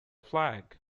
flag